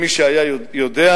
מי שהיה יודע,